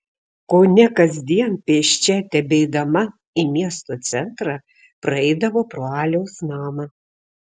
kone kasdien pėsčia tebeidama į miesto centrą praeidavo pro aliaus namą